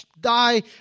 die